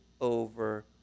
over